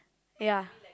ya